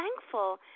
thankful